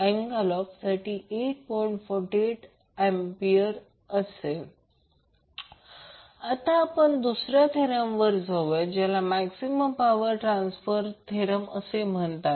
48A आता आपण दुसऱ्या थेरमवर येऊया ज्याला मैक्सिमम पावर ट्रान्सफर असे म्हणतात